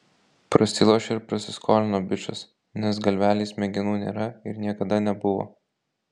prasilošė ir prasiskolino bičas nes galvelėj smegenų nėra ir niekada nebuvo